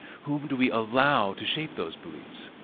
whom do we allow to shape those beliefs?